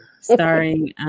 starring